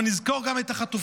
אבל נזכור גם את החטופים.